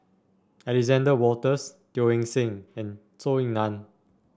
Alexander Wolters Teo Eng Seng and Zhou Ying Nan